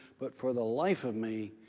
but for the life of me,